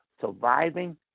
surviving